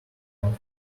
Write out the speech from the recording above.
not